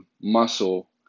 muscle